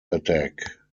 attack